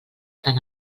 tan